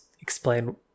explain